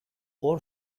hor